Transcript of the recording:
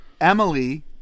emily